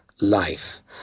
life